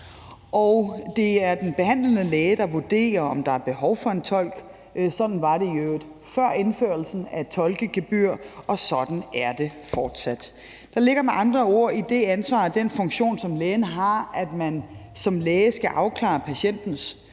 det er den behandlende læge, der vurderer, om der er behov for en tolk. Sådan var det i øvrigt før indførelsen af et tolkegebyr, og sådan er det fortsat. Der ligger med andre ord i det ansvar og den funktion, som lægen har, at man som læge skal afklare patientens